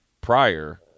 prior